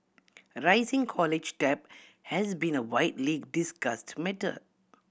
rising college debt has been a widely discussed matter